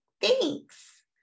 thanks